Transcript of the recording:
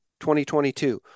2022